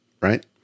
right